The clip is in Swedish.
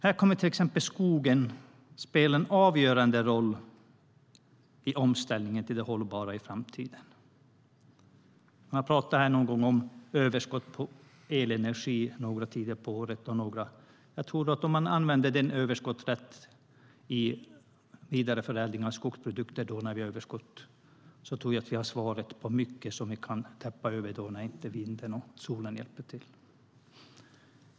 Här kommer till exempel skogen att spela en avgörande roll i omställningen till det hållbara i framtiden. Man har talat här om överskottet på elenergi under några tider på året. Men om man använder detta överskott rätt, i vidareförädling av skogsprodukter, tror jag att vi har svaret på mycket som vi kan fylla på med när inte vinden och solen hjälper till.